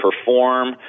perform